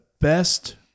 best